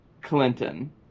Clinton